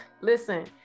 listen